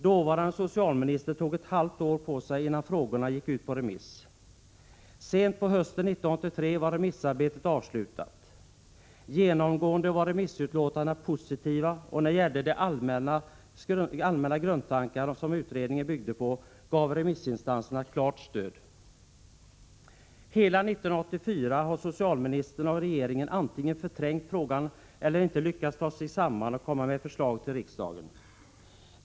Dåvarande socialministern tog ett halvår på sig innan frågorna gick ut på remiss. Sent på hösten 1983 var remissarbetet avslutat. Genomgående var remissutlåtandena positiva, och när det gällde de allmänna grundtankar som utredningen byggde på gav remissinstanserna klart stöd. Hela 1984 har socialministern och regeringen antingen förträngt frågan eller inte lyckats ta sig samman och lägga fram förslag för riksdagen.